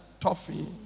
toffee